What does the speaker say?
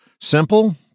Simple